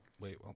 wait